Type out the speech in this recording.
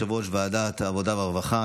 יושב-ראש ועדת העבודה והרווחה,